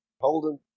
Holden